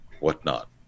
whatnot